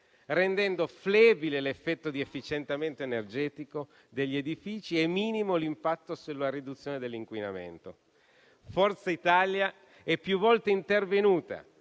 rendendo flebile l'effetto di efficientamento energetico degli edifici e minimo l'impatto sulla riduzione dell'inquinamento. Forza Italia è più volte intervenuta